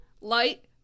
light